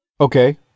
Okay